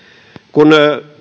kun